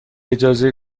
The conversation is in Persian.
اجازه